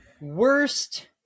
Worst